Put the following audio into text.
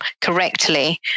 correctly